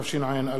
התשע"א 2011,